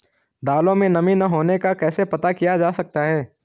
दालों में नमी न होने का कैसे पता किया जा सकता है?